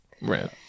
Right